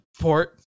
port